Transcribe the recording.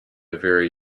very